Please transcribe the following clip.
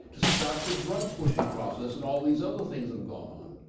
to start the drug pushing process and all these other things that have gone on.